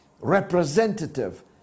representative